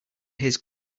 his